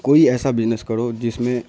کوئی ایسا بزنس کرو جس میں